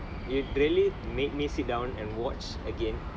it really made me sit down and watch again